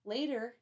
Later